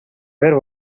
were